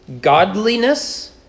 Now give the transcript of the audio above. godliness